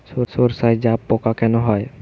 সর্ষায় জাবপোকা কেন হয়?